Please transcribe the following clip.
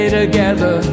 together